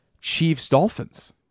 Chiefs-Dolphins